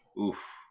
Oof